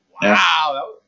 wow